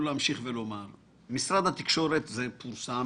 משרד התקשורת זה פורסם